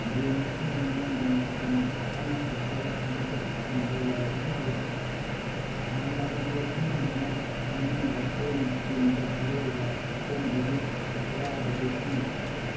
game ꯑꯁꯤꯒꯤ ꯃꯅꯨꯡꯗ ꯃꯇꯝ ꯑꯃ ꯍꯦꯛꯇꯗ ꯃꯤꯍꯨꯠ ꯁꯤꯟꯕ ꯌꯥꯏ ꯑꯗꯨꯕꯨ ꯁꯥꯟꯅꯕ ꯂꯦꯞꯄꯤꯅꯉꯥꯏ ꯃꯅꯨꯡꯗ ꯍꯣꯝ ꯇꯤꯝꯗ ꯑꯔꯣꯏꯕ ꯑꯍꯣꯡꯕꯒꯤ ꯑꯌꯥꯕꯗꯨ ꯄꯤ